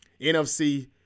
NFC